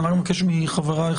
אני מבקש מחברי,